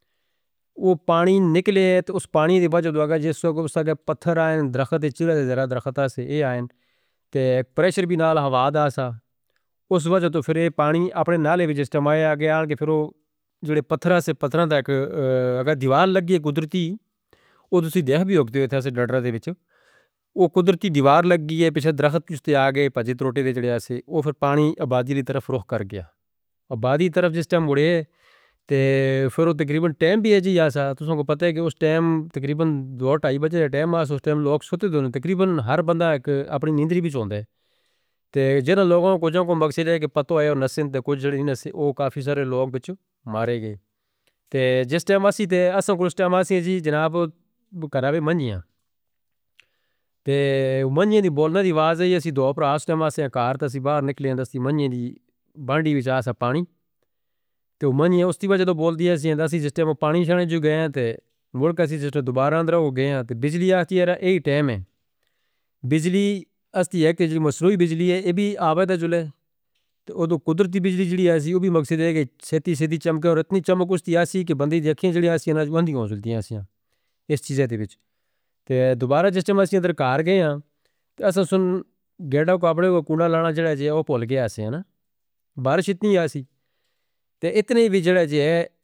وہ پانی نکلے تو اس پانی دی وجہ دوگا جس وقت پتھر آئے درخت دے چڑھ دے درخت آئے پریشر بھی نال ہوا دا سا اس وجہ تو پھر پانی اپنے نالے وچ اس تاں مایا گیا۔ انکہ پتھر سے پتھران تک دیوار لگی ہے قدرتی اوہ تسی دیکھ بھی اکتے تھے اس درخت دے وچ اوہ قدرتی دیوار لگی ہے۔ پچھے درخت کچھ تے آگئے پجے ٹروٹے دے چڑھے ہیں اوہ پھر پانی آبادی دی طرف رخ کر گیا۔ آبادی دی طرف جس ٹائم گئے تے پھر تقریباً ٹائم بھی ہے جی اساں تسی کو پتا ہے کہ اس ٹائم تقریباً دو ٹائم بجے ہے۔ ٹائم ہاں اس ٹائم لوگ سوتے دینے تقریباً ہر بندہ اپنی نیندری بھی چوندے ہیں جنہوں لوگوں کو مقصد ہے کہ پتا ہوئے ہو نسند کچھ جو نسند وہ کافی سارے لوگ بچ مارے گئے جس ٹائم آسیں۔ تے اس وقت ٹائم آسیں جی جناب کنابے منیاں منیاں دی بولنے دی آواز ہے۔ اساں دوپراستہ میں آسیں اکارتہ سی باہر نکلے ہیں تسی منیاں دی بندھی بھی چاسا پانی تے وہ منیاں اس دی وجہ تو بول دی ہے سی جس ٹائم پانی چھانے جو گئے ہیں تے بھول کرسی۔ جس ٹائم دوبارہ اندر ہو گئے ہیں تے بجلی آتھی ہے ایہ ٹائم ہے بجلی اس دی ایک تیسری مصروعی بجلی ہے یہ بھی آبادی دا جلہ ہے تو قدرتی بجلی جڑی ہے اسی وہ بھی مقصد ہے کہ سیدھی سیدھی چمکے اور اتنی چمکستی آسے کی بندے دی آنکھیں جڑی آسے انازوں اندھی ہو سکتی ہیں۔ اس چیزیں دے وچ دوبارہ جس ٹائم آسیں اندر کار گئے ہیں تے اساں سن گینڈا کوپڑے کو کونا لانا جڑا جئے وہ بھول گئے آسیں بارش اتنی آسے تے اتنی بھی جڑا جئے.